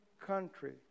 country